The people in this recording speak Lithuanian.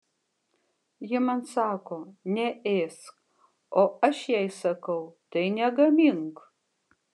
ji man sako neėsk o aš jai sakau tai negamink